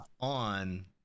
on